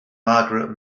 margaret